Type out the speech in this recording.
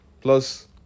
Plus